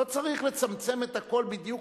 לא צריך לצמצם בדיוק את הכול בדיוק